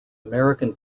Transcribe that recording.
american